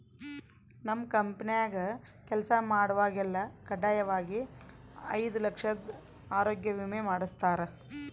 ನಮ್ ಕಂಪೆನ್ಯಾಗ ಕೆಲ್ಸ ಮಾಡ್ವಾಗೆಲ್ಲ ಖಡ್ಡಾಯಾಗಿ ಐದು ಲಕ್ಷುದ್ ಆರೋಗ್ಯ ವಿಮೆ ಮಾಡುಸ್ತಾರ